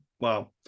wow